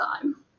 time